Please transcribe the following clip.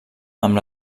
amb